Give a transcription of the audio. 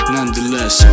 Nonetheless